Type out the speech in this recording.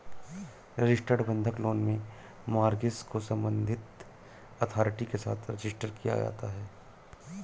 registered बंधक loan में mortgage को संबंधित अथॉरिटी के साथ रजिस्टर किया जाता है